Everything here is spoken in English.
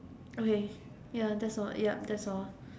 okay ya that's all yep that's all